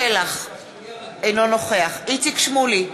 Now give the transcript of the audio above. אינו נוכח איציק שמולי,